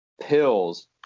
pills